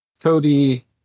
Cody